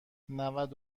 نود